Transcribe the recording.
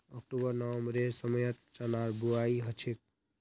October नवंबरेर समयत चनार बुवाई हछेक